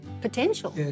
potential